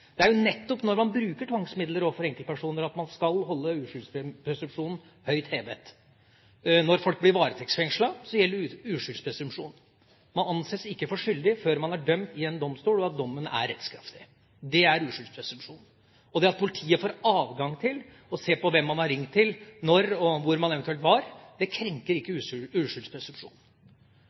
Det er jo nettopp når man bruker tvangsmidler overfor enkeltpersoner at man skal holde uskyldspresumpsjonen høyt hevet. Når folk blir varetektsfengslet, gjelder uskyldspresumpsjonen. Man anses ikke for skyldig før man er dømt ved en domstol, og dommen er rettskraftig. Det er uskyldspresumpsjonen. Det at politiet får adgang til å se hvem man har ringt til, når, og eventuelt hvor man var, krenker ikke